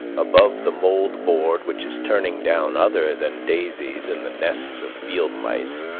above the mould-board which is turning down other than daisies and the nests of field mice,